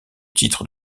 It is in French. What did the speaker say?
titres